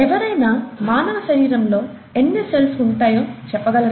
ఎవరైనా మానవ శరీరంలో ఎన్ని సెల్స్ ఉంటాయో చెప్పగలరా